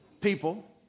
people